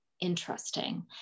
interesting